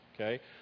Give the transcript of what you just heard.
okay